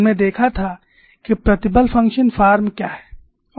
हमने देखा था कि प्रतिबल फंक्शन फॉर्म क्या है